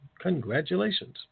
Congratulations